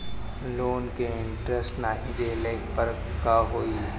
Loan के interest नाही देहले पर का होई?